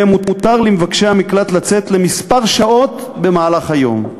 ומהם מותר למבקשי המקלט לצאת למספר שעות במהלך היום.